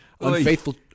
Unfaithful